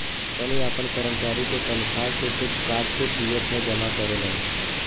company आपन करमचारी के तनखा के कुछ काट के पी.एफ मे जमा करेलन